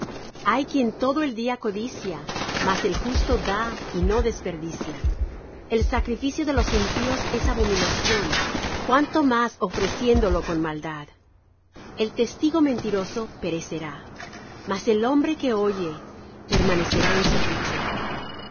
hay quien todo el día codicia mas el justo da y no desperdicia el sacrificio de los impíos es abominación cuánto más ofreciéndolo con maldad el testigo mentiroso perecerá mas el hombre que oye permanecerá en su dicho el